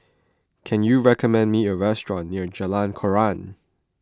can you recommend me a restaurant near Jalan Koran